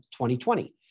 2020